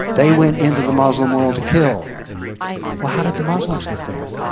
they went into the muslim world to kill well how did the muslims get there?